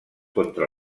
contra